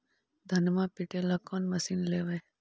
धनमा पिटेला कौन मशीन लैबै?